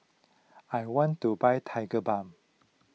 I want to buy Tigerbalm